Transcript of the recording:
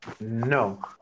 No